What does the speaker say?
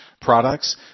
products